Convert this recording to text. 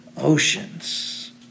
oceans